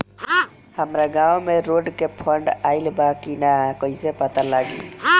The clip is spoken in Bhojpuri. हमरा गांव मे रोड के फन्ड आइल बा कि ना कैसे पता लागि?